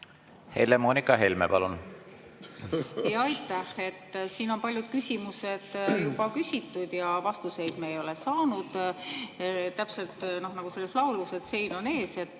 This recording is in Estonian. Helle-Moonika Helme, palun! Jah, aitäh! Siin on paljud küsimused juba küsitud ja vastuseid me ei ole saanud. Täpselt nagu selles laulus, et sein on ees.